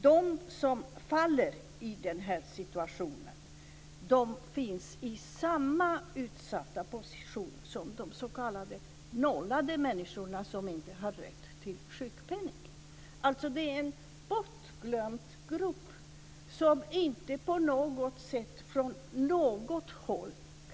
De som råkar i den här situationen är i samma utsatta position som de s.k. nollade som inte har rätt till sjukpenning. Det handlar alltså om en bortglömd grupp som inte på något sätt kan nås från något håll.